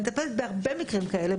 אני מטפלת בהרבה מקרים כאלה,